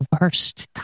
worst